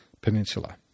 Peninsula